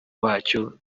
wacyo